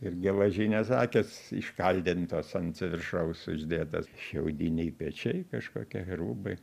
ir geležinės akys iškaldintos ant viršaus uždėtos šiaudiniai pečiai kažkokie rūbai